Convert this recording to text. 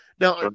Now